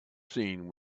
scene